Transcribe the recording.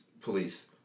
police